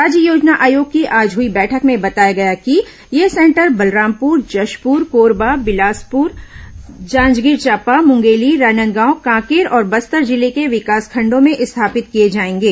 राज्य योजना आयोग की आज हई बैठक में बताया गया कि ये सेंटर बलरामपुर जशपुर कोरबा बिलासपुर जांजगीर चांपा मुंगेली राजनादगांव कांकेर और बस्तर जिले के विकासखंडो में स्थापित किए जाएंगे